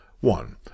One